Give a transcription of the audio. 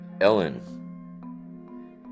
Ellen